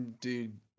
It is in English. dude